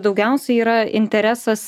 daugiausia yra interesas